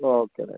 okay ഏതായാലും